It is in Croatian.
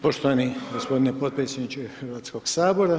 Poštovani gospodine potpredsjedniče Hrvatskoga sabora.